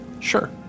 Sure